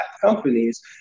companies